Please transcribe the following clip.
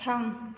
थां